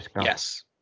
Yes